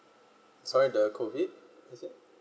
sorry the COVID is it